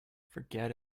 forget